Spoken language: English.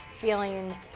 feeling